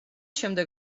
შემდეგ